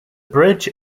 bridge